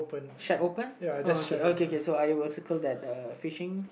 shack open oh okay okay okay so I will circle that uh fishing